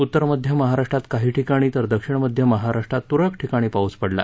उत्तर मध्य महाराष्ट्रात काही ठिकाणी तर दक्षिण मध्य महाराष्ट्रात तुरळक ठिकाणी पाऊस पडला